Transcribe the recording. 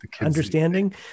understanding